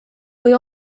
või